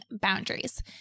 Boundaries